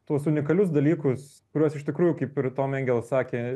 tuos unikalius dalykus kuriuos iš tikrųjų kaip ir tom engel sakė